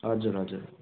हजुर हजुर